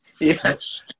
Yes